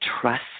Trust